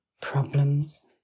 problems